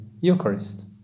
Eucharist